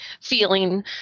Feeling